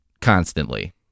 constantly